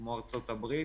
כמו ארצות הברית